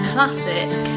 Classic